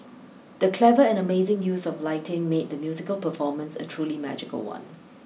the clever and amazing use of lighting made the musical performance a truly magical one